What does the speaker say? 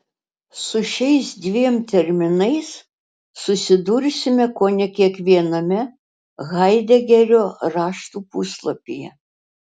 su šiais dviem terminais susidursime kone kiekviename haidegerio raštų puslapyje